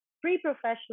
pre-professional